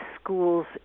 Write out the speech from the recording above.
schools